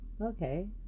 okay